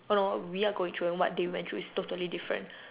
uh no we are going through and what they went through is totally different